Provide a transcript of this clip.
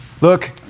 look